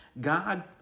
God